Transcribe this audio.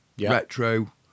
retro